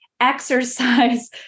exercise